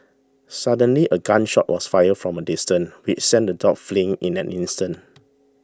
suddenly a gun shot was fired from a distance which sent the dogs fleeing in an instant